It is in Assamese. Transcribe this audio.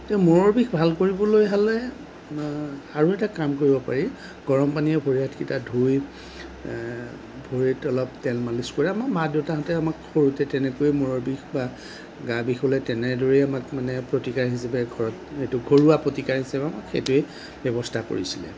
এই মূৰৰ বিষ ভাল কৰিবলৈ হ'লে আৰু এটা কাম কৰিব পাৰি গৰম পানীৰে ভৰি হাত কেইটা ধুই ভৰিত অলপ তেল মালিছ কৰি আমাৰ মা দেউতাহঁতে আমাক সৰুতে তেনেকৈয়ে মূৰৰ বিষ বা গা বিষ হ'লে তেনেদৰেই আমাক মানে প্ৰতিকাৰ হিচাপে ঘৰত সেইটো ঘৰুৱা প্ৰতিকাৰ হিচাপে সেইটোৱে ব্যৱস্থা কৰিছিলে